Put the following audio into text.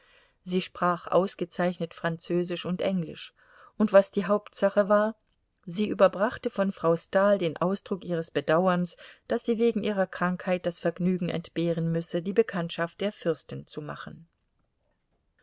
sie sprach ausgezeichnet französisch und englisch und was die hauptsache war sie überbrachte von frau stahl den ausdruck ihres bedauerns daß sie wegen ihrer krankheit das vergnügen entbehren müsse die bekanntschaft der fürstin zu machen